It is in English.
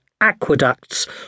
aqueducts